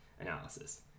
analysis